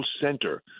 center